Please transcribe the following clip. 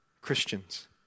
Christians